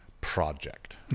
project